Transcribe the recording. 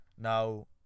Now